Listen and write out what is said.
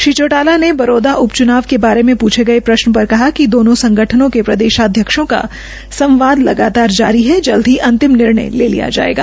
श्री चौटाला ने बरोदा उप चुनाव के बारे में पूछे गए प्रश्न पर कहा कि दोनो संगठनों के प्रदेशाध्यक्षों का सम्वाद लगातार जारी है जल्द ही अंतिम निर्णय ले लिया जायेगा